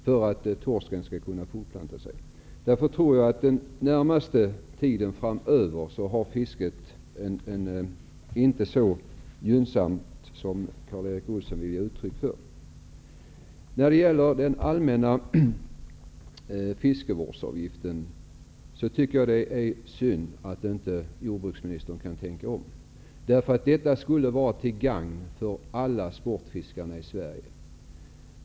Därför tror jag att situationen för fisket den närmaste tiden framöver inte är så gynnsam som Karl-Erik Olsson gav uttryck för. Jag tycker att det är synd att jordbruksministern inte kan tänka om när det gäller den allmänna fiskevårdsavgiften. En sådan avgift skulle vara till gagn för alla sportfiskare i landet.